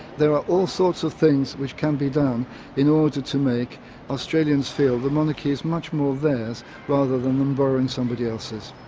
there are all sorts of things which can be done in order to to make australians feel the monarchy is much more theirs rather than them borrowing somebody else's.